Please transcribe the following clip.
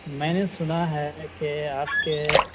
میں نے سنا ہے کہ آپ کے